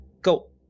go